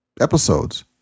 episodes